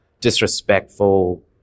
disrespectful